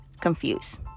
confused